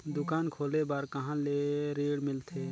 दुकान खोले बार कहा ले ऋण मिलथे?